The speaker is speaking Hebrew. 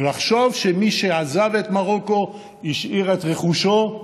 לחשוב שמי שעזב את מרוקו השאיר את רכושו,